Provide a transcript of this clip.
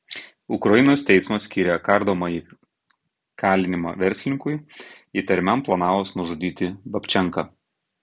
ukrainos teismas skyrė kardomąjį kalinimą verslininkui įtariamam planavus nužudyti babčenką